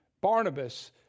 Barnabas